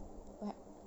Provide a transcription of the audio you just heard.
what